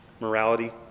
morality